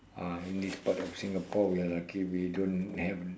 ah in this part of Singapore we are lucky we don't have